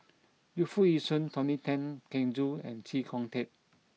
Yu Foo Yee Shoon Tony Tan Keng Joo and Chee Kong Tet